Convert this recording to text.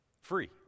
free